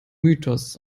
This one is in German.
mythos